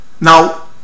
Now